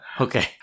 Okay